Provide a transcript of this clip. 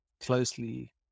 closely